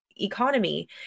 economy